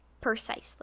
precisely